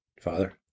father